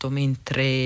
mentre